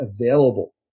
available